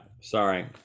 sorry